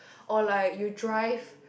or like you drive